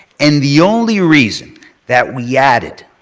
and the only reason that we added,